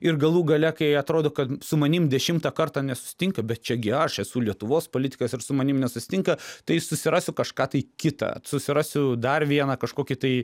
ir galų gale kai atrodo kad su manim dešimtą kartą nesusitinka bet čia gi aš esu lietuvos politikas ir su manim nesusitinka tai susirasiu kažką tai kitą susirasiu dar vieną kažkokį tai